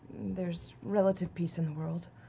there's relative peace in the world.